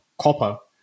copper